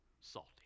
salty